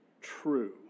true